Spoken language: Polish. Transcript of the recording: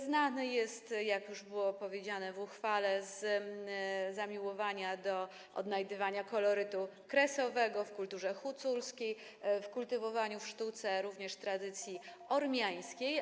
Znany jest, jak już było wspomniane w uchwale, z zamiłowania do odnajdywania kolorytu kresowego w kulturze huculskiej, z kultywowania w sztuce również tradycji ormiańskiej.